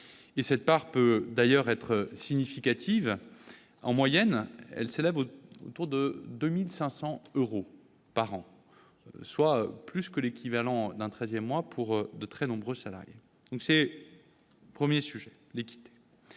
Cette part peut d'ailleurs être significative. En moyenne, elle s'élève autour de 2 500 euros par an, soit plus que l'équivalent d'un treizième mois pour de très nombreux salariés. Le deuxième enjeu, c'est